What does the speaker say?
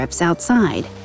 outside